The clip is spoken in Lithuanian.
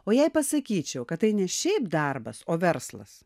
o jei pasakyčiau kad tai ne šiaip darbas o verslas